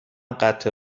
قطع